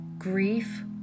Grief